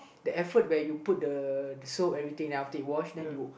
the effort where you put the soap everything then after you wash then you